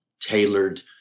tailored